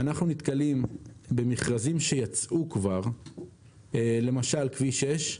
אנחנו נתקלים במכרזים שיצאו כבר, למשל, כביש 6,